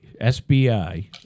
SBI